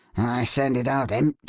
send it out, empty,